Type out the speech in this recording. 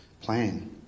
plan